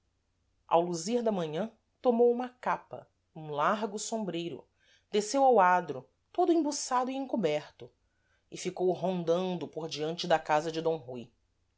ao luzir da manhã tomou uma capa um largo sombreiro desceu ao adro todo embuçado e encoberto e ficou rondando por diante da casa de d rui